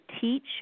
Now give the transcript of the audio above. teach